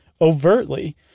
overtly